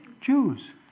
Jews